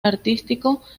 artístico